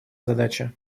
задачи